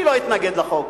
אני לא אתנגד לחוק,